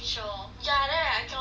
ya then I cannot take it like